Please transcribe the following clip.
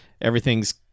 everything's